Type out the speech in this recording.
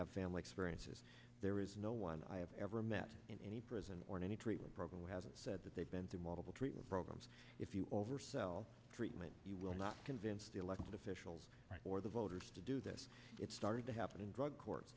have family experiences there is no one i have ever met in any prison or any treatment program who hasn't said that they've been through multiple treatment programs if you oversell treatment you will not convince the elected officials or the voters to do this it's starting to happen in drug court